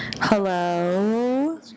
Hello